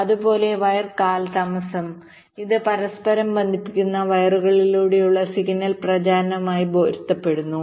അതുപോലെ വയർ കാലതാമസം ഇത് പരസ്പരം ബന്ധിപ്പിക്കുന്ന വയറുകളിലൂടെയുള്ള സിഗ്നൽ പ്രചരണവുമായി പൊരുത്തപ്പെടുന്നു